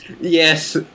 Yes